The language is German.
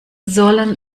sollen